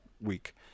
week